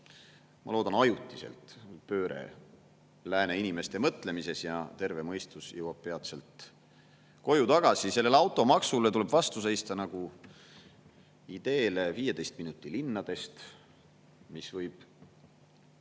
on toimunud pööre lääne inimeste mõtlemises ja terve mõistus jõuab peatselt koju tagasi. Sellele automaksule tuleb vastu seista nagu ideele 15 minuti linnast, mis võib